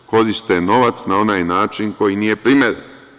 Koriste novac na onaj način koji nije primeren.